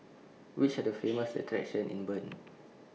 Which Are The Famous attractions in Bern